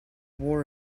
war